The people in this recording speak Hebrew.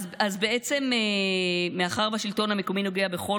אז בעצם מאחר שהשלטון המקומי נוגע בכל